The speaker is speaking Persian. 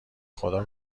خدا